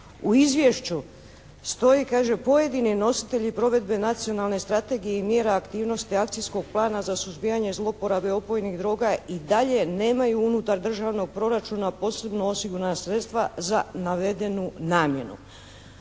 U izvješću stoji, kaže: Pojedini nositelji provedbe nacionalne strategije i mjera aktivnosti akcijskog plana za suzbijanje zloporabe opojnih droga i dalje nemaju unutar državnog proračuna posebno osigurana sredstva za navedenu namjenu.